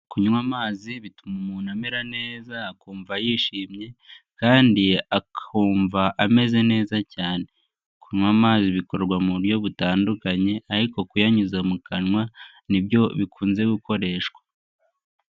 Kunywa amazi bituma umuntu amera neza akumva yishimye kandi akumva ameze neza cyane. Kunywa amazi bikorwa mu buryo butandukanye ariko kuyanyuza mu kanwa ni byo bikunze gukoreshwa.